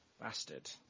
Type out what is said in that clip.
Bastard